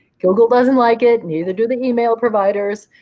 google doesn't like it, neither do the email providers.